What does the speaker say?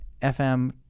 FM